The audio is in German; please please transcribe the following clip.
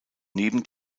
neben